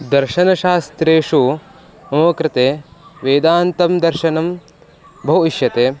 दर्शनशास्त्रेषु मम कृते वेदान्तं दर्शनं बहु इष्यते